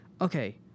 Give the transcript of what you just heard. Okay